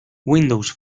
windows